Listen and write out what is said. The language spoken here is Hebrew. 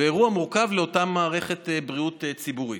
באירוע מורכב לאותה מערכת בריאות ציבורית.